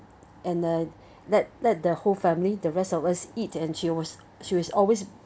and the that that that the whole family the rest of us eat and she was she was always